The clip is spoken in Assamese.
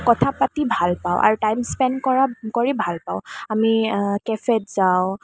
কথা পাতি ভাল পাওঁ আৰু টাইম স্পেণ্ড কৰা কৰি ভাল পাওঁ আমি কেফেত যাওঁ